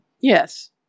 Yes